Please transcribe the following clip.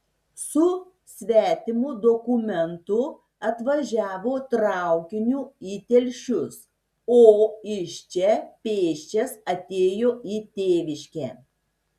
su svetimu dokumentu atvažiavo traukiniu į telšius o iš čia pėsčias atėjo į tėviškę